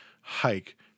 hike